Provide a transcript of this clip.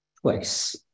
twice